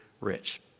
rich